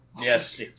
yes